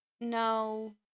no